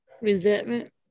resentment